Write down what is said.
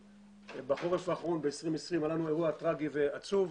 בחורף האחרון, ב-2020, היה לנו אירוע טרגי ועצוב,